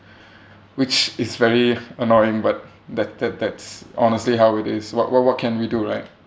which is very annoying but that that that's honestly how it is what what what can we do right